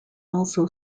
also